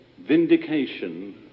vindication